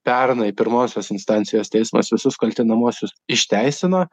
pernai pirmosios instancijos teismas visus kaltinamuosius išteisino